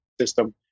system